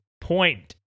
point